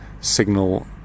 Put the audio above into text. signal